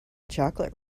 chocolate